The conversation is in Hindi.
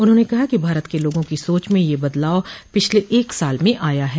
उन्होंने कहा कि भारत के लोगों की सोच में यह बदलाव पिछले एक साल में आया है